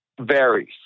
varies